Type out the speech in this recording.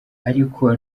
ariko